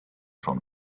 from